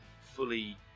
fully